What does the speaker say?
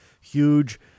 huge